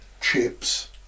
chips